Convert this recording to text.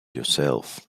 yourself